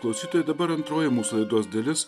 klausytojai dabar antroji mūsų laidos dalis